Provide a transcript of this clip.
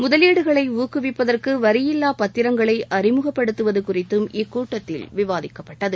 புதலீடுகளை ஊக்குவிப்பதற்கு வரியில்லா பத்திரங்களை அறிமுகப்படுத்துவது குறித்தம் இக்கூட்டத்தில் விவாதிக்கப்பட்டகு